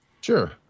Sure